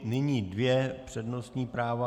Nyní dvě přednostní práva.